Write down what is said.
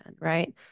right